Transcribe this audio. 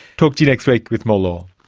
talk to you next week with more law